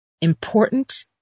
important